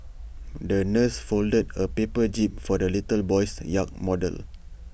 the nurse folded A paper jib for the little boy's yacht model